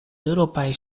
eŭropaj